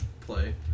play